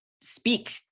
speak